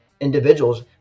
individuals